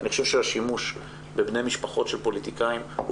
אני חושב שהשימוש בבני משפחות של פוליטיקאים הוא